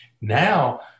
Now